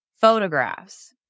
photographs